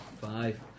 Five